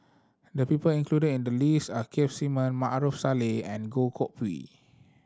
the people included in the list are Keith Simmon Maarof Salleh and Goh Koh Pui